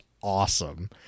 awesome